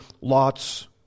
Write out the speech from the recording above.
Lot's